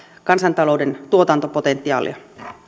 kansantalouden tuotantopotentiaalia